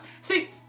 See